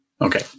Okay